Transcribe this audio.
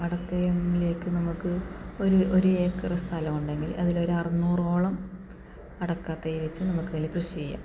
അടയ്ക്കയിലേക്ക് നമുക്ക് ഒരു ഒരു ഏക്കർ സ്ഥലം ഉണ്ടെങ്കിൽ അതിൽ ഒരു അറുനൂറോളം അടയ്ക്കത്തൈ വെച്ച് നമുക്ക് അതില് കൃഷി ചെയ്യാം